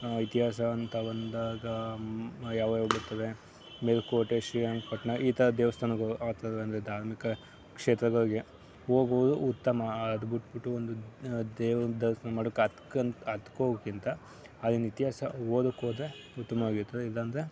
ಇತಿಹಾಸ ಅಂತ ಬಂದಾಗ ಯಾವ ಯಾವ ಬರ್ತವೆ ಮೇಲುಕೋಟೆ ಶ್ರೀರಂಗಪಟ್ಟಣ ಈ ಥರ ದೇವಸ್ಥಾನಗಳು ಆ ಥರದ್ದೆಂದ್ರೆ ಧಾರ್ಮಿಕ ಕ್ಷೇತ್ರಗಳಿಗೆ ಹೋಗುವುದು ಉತ್ತಮ ಅದು ಬಿಟ್ಬಿಟ್ಟು ಒಂದು ದೇವರ ದರ್ಶನ ಮಾಡೋಕೆ ಅದ್ಕಂದು ಅದ್ಕೆ ಹೋಗೋಕ್ಕಿಂತ ಅದನ್ನ ಇತಿಹಾಸ ಓದೋಕೆ ಹೋದರೆ ಉತ್ತಮವಾಗಿರ್ತದೆ ಇಲ್ಲಾಂದರೆ